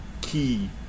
key